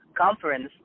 conference